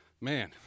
Man